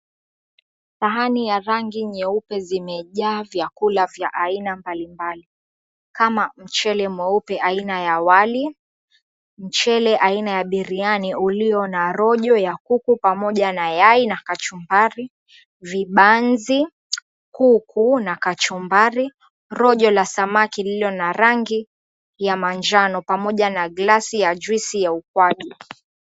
Sahani ya rangi nyeupe zimejaa vyakula vya aina mbalimbali, kama; mchele mweupe aina ya wali, mchele aina ya biriani ulio na rojo ya kuku pamoja na yai na kachumbari, vibanzi, kuku na kachumbari, rojo la samaki lililo na rangi ya manjano pamoja na glasi ya juice ya ukwaju.